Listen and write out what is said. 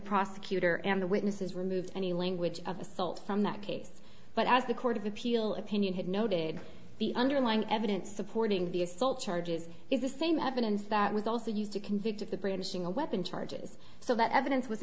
prosecutor and the witnesses removed any language of assault from that case but as the court of appeal opinion had noted the underlying evidence supporting the assault charges is the same evidence that was also used to convict the brainwashing a weapon charges so that evidence was